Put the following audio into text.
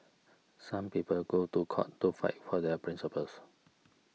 some people go to court to fight for their principles